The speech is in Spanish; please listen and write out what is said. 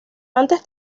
antes